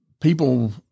people